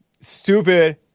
Stupid